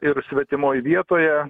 ir svetimoj vietoje